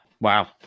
Wow